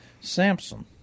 Samson